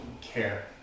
care